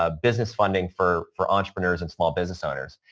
ah business funding for for entrepreneurs and small business owners.